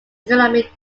economic